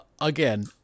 Again